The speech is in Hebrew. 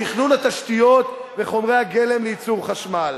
בתכנון התשתיות וחומרי הגלם לייצור חשמל?